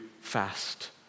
fast